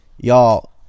y'all